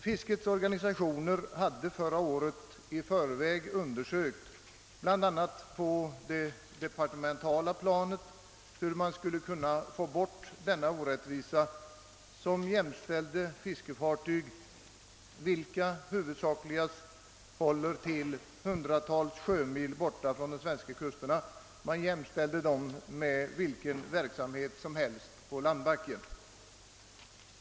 Fiskets organisationer hade förra året i förväg undersökt — bl.a. på det departementala planet — hur man skulle kunna få bort denna orättvisa som jämställde fiske från fartyg, vilka huvudsakligast håller till hundratals sjömil från de svenska kusterna, med vilken verksamhet som helst på landbacken.